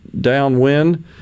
downwind